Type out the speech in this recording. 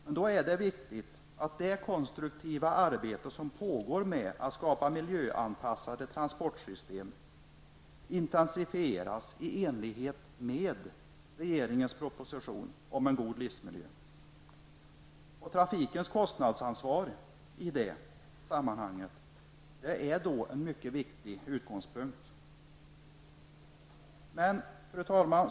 Men då är det viktigt att det konstruktiva arbete som pågår med att skapa miljöanpassade transportsystem intensifieras i enlighet med regeringens proposition om en god livsmiljö. I det sammanhanget är trafikens kostnadsansvar en mycket viktig utgångspunkt. Fru talman!